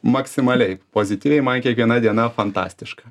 maksimaliai pozityviai man kiekviena diena fantastiška